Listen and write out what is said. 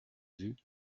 vue